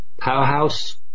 powerhouse